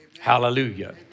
Hallelujah